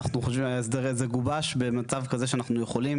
ההסדר הזה גובש במצב כזה שאנחנו יכולים,